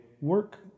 work